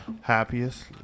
happiest